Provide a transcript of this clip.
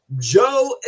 Joe